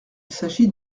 s’agit